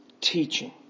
teaching